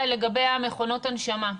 לגבי מכונות ההנשמה.